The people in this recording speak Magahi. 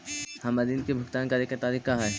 हमर ऋण के भुगतान करे के तारीख का हई?